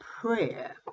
prayer